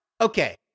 Okay